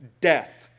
Death